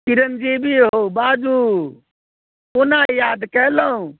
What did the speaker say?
चिरन्जीवी रहु बाजू कोना याद केलहुँ